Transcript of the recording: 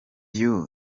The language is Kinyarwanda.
you